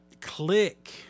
Click